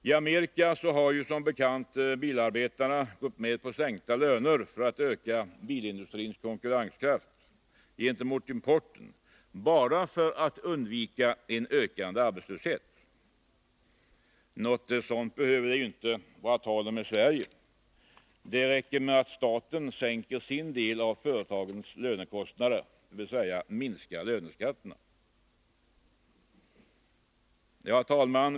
I Amerika har som bekant bilarbetarna gått med på sänkta löner för att öka bilindustrins konkurrenskraft gentemot importen — detta bara för att undvika en ökande arbetslöshet. Något sådant behöver det inte vara tal om i Sverige. Det räcker med att staten minskar sin del av företagens lönekostnader, dvs. sänker löneskatterna.